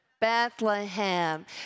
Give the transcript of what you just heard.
Bethlehem